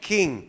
King